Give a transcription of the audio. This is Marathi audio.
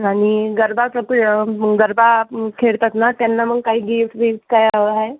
आणि गरबाचं ते गरबा खेळतात ना त्यांना मग काही गिफ्ट बीफ्ट काय हवं आहे